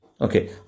Okay